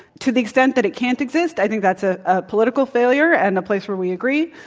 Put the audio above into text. to the extent that it can't exist, i think that's ah a political failure and a place where we agree.